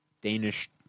Danish